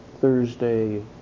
Thursday